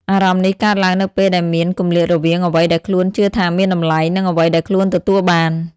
អារម្មណ៍នេះកើតឡើងនៅពេលដែលមាន គម្លាតរវាងអ្វីដែលខ្លួនជឿថាមានតម្លៃ និងអ្វីដែលខ្លួនទទួលបាន។